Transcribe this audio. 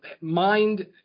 mind